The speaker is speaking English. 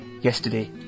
yesterday